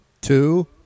Two